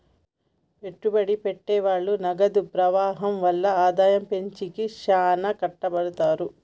పెట్టుబడి పెట్టె వాళ్ళు నగదు ప్రవాహం వల్ల ఆదాయం పెంచేకి శ్యానా కట్టపడతారు